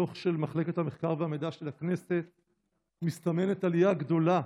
בדוח של מחלקת המחקר והמידע של הכנסת מסתמנת עלייה גדולה